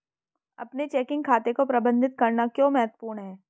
अपने चेकिंग खाते को प्रबंधित करना क्यों महत्वपूर्ण है?